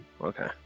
okay